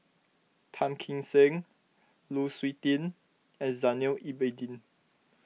Tan Kim Seng Lu Suitin and Zainal Abidin